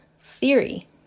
theory